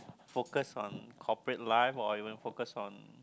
focus on cooperate life or even Forcus on